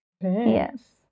Yes